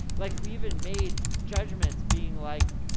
like, we even made judgments being like,